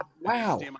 Wow